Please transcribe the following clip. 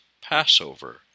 Passover